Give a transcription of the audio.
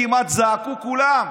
כמעט זעקו כולם.